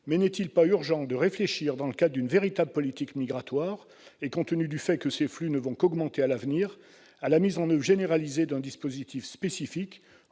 mais n'est-il pas urgent de réfléchir, dans le cadre d'une véritable politique migratoire, et compte tenu du fait que ces flux ne vont qu'augmenter à l'avenir, à la mise en oeuvre généralisée d'un dispositif spécifique